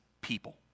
people